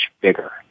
bigger